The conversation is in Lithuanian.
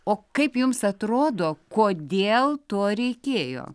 o kaip jums atrodo kodėl to reikėjo